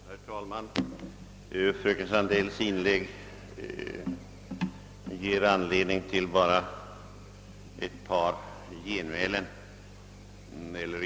Herr talman! Fröken Sandells inlägg ger anledning till ett genmäle.